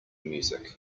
music